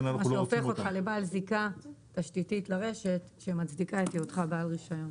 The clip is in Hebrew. מה שהופך אותך לבעל זיקה תשתיתית לרשת שמצדיקה את היותך בעל רישיון.